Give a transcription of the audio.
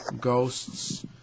ghosts